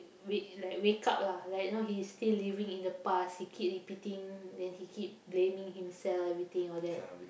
wake like wake up lah like you know he's still living in the past he keep repeating then he keep blaming himself everything all that